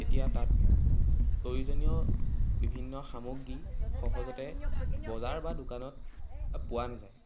এতিয়া তাত প্ৰয়োজনীয় বিভিন্ন সামগ্ৰী সহজতে বজাৰ বা দোকানত পোৱা নাযায়